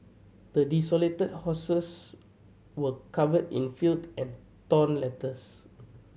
the desolated houses were covered in filled and torn letters